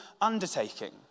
undertaking